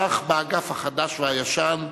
כך באגף החדש והישן,